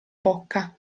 bocca